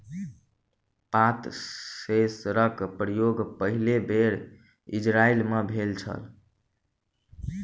पात सेंसरक प्रयोग पहिल बेर इजरायल मे भेल छल